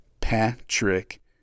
Patrick